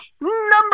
number